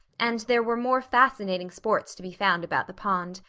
and there were more fascinating sports to be found about the pond.